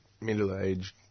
middle-aged